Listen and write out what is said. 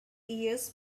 years